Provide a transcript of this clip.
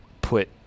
put